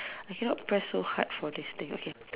I cannot press so hard for this thing okay